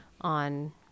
on